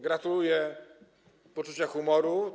Gratuluję poczucia humoru.